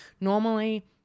normally